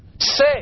say